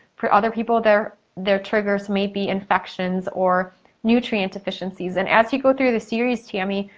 for other people, their their triggers may be infections or nutrient deficiencies and as you go through the series, tammy,